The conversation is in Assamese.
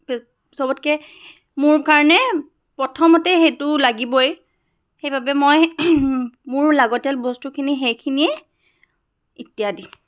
চবতকৈ মোৰ কাৰণে প্ৰথমতে সেইটো লাগিবই সেইবাবে মই মোৰ লাগতিয়াল বস্তুখিনি সেইখিনিয়ে ইত্যাদি